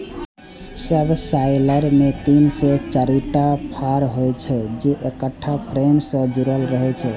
subsoiler मे तीन से चारिटा फाड़ होइ छै, जे एकटा फ्रेम सं जुड़ल रहै छै